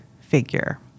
figure